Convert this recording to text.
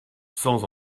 sans